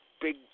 big